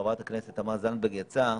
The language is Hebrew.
חברת הכנסת תמר זנדברג יצאה,